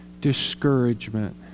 discouragement